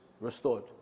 restored